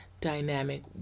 dynamic